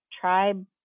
tribe